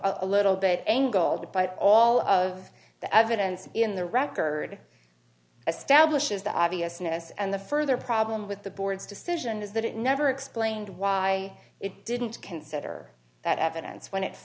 a little bit angled but all of the evidence in the record a stablish is the obviousness and the further problem with the board's decision is that it never explained why it didn't consider that evidence when it